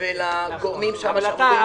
ולגורמים שם שאמורים לפצות.